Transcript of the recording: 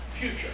future